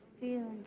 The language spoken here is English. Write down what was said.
Feeling